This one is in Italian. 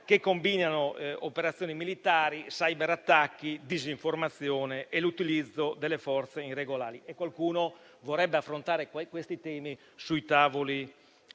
che combinano operazioni militari, cyberattacchi, disinformazione e utilizzo di forze irregolari. Qualcuno vorrebbe affrontare questi temi sui tavoli